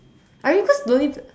I mean cause lonely